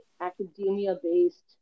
academia-based